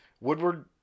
Woodward